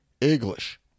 English